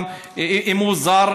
אם הוא זר,